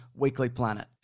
weeklyplanet